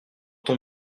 ton